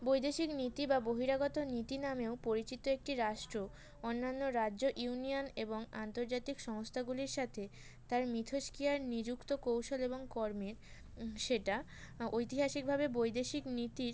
বৈদেশিক নীতি বা বহিরাগত নীতি নামেও পরিচিত একটি রাষ্ট্র অন্যান্য রাজ্যর ইউনিয়ন এবং আন্তর্জাতিক সংস্থাগুলির সাথে তার মিথস্ক্রিয়ায় নিযুক্ত কৌশল এবং কর্মের সেটা ঐতিহাসিকভাবে বৈদেশিক নীতির